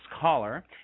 caller